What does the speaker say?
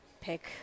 pick